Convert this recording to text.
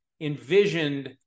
envisioned